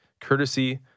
courtesy